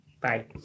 Bye